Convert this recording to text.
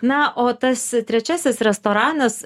na o tas trečiasis restoranas